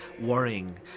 worrying